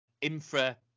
infra